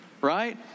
right